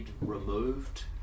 removed